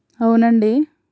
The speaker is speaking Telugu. అవునండి